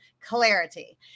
clarity